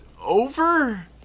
over